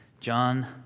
John